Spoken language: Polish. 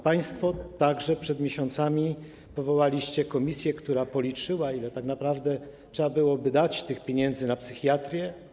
Państwo przed miesiącami powołaliście komisję, która policzyła, ile tak naprawdę trzeba by było dać tych pieniędzy na psychiatrię.